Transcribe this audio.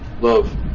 Love